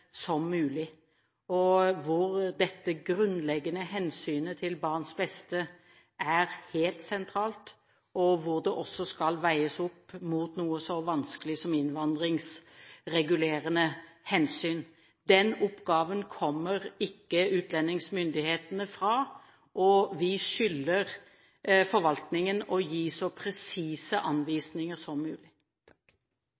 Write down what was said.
som mulig. Her er det grunnleggende hensynet til barns beste helt sentralt, og det skal veies opp mot noe så vanskelig som innvandringsregulerende hensyn. Den oppgaven kommer ikke utlendingsmyndighetene fra, og vi skylder forvaltningen å gi så presise